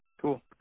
cool